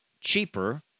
cheaper